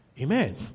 Amen